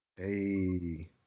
Hey